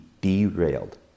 derailed